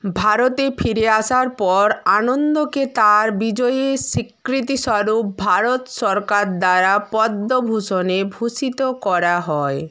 ভারতে ফিরে আসার পর আনন্দকে তাঁর বিজয়ের স্বীকৃতি স্বরূপ ভারত সরকার দ্বারা পদ্মভূষণে ভূষিত করা হয়